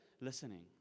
listening